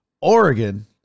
Oregon